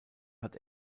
hat